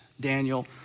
Daniel